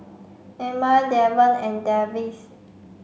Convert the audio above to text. Ilma Davion and Davis